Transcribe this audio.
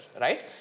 right